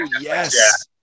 yes